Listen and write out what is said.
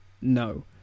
no